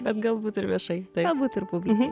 bet galbūt ir viešai gal būt ir publikai